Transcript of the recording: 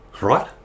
Right